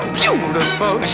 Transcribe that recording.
beautiful